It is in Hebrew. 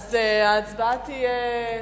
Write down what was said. אז ההצבעה תהיה: